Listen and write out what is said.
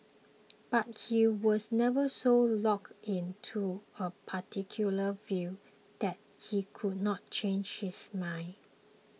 but he was never so locked in to a particular view that he could not change his mind